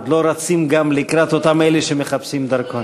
עוד לא רצים גם לקראת אלה שמחפשים דרכון.